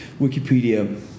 Wikipedia